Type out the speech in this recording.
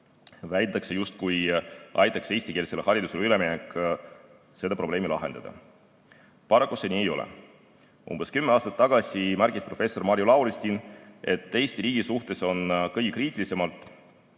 Väidetakse, justkui aitaks eestikeelsele haridusele üleminek seda probleemi lahendada. Paraku see nii ei ole. Umbes kümme aastat tagasi märkis professor Marju Lauristin, et Eesti riigi suhtes on kõige kriitilisemalt